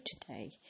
today